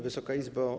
Wysoka Izbo!